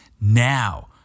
now